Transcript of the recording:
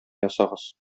ясагыз